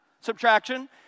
Subtraction